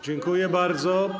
Dziękuję bardzo.